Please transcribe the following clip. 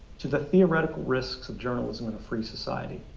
to the theoretical risks of journalism in a free society.